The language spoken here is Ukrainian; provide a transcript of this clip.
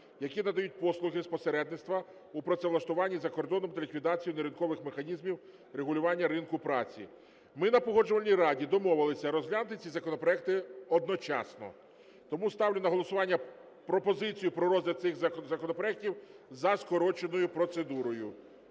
які надають послуги з посередництва у працевлаштуванні за кордоном та ліквідацію неринкових механізмів регулювання ринку праці. Ми на Погоджувальній раді домовилися розглянути ці законопроекти одночасно. Тому ставлю на голосування пропозицію про розгляд цих законопроектів за скороченою процедурою.